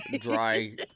dry